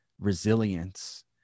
resilience